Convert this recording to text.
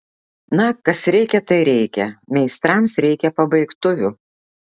na kas reikia tai reikia meistrams reikia pabaigtuvių